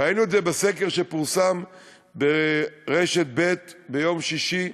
ראינו את זה בסקר שפורסם ברשת ב' ביום שישי,